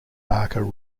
marker